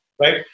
right